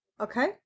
Okay